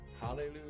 Hallelujah